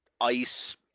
ice